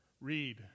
read